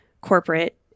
corporate